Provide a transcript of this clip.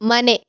ಮನೆ